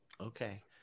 Okay